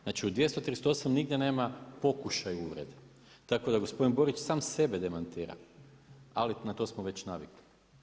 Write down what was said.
Znači u 238. nigdje nema pokušaj uvrede, tako da gospodin Borić sam sebe demantira ali na to smo već navikli.